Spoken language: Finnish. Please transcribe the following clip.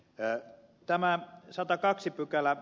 se on hyvä